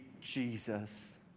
Jesus